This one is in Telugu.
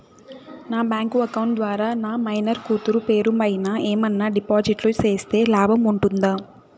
నా బ్యాంకు అకౌంట్ ద్వారా నా మైనర్ కూతురు పేరు పైన ఏమన్నా డిపాజిట్లు సేస్తే లాభం ఉంటుందా?